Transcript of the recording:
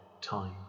time